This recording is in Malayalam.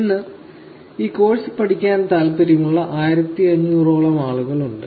ഇന്ന് ഈ കോഴ്സ് പഠിക്കാൻ താൽപ്പര്യമുള്ള 1500 ഓളം ആളുകൾ ഉണ്ട്